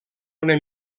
una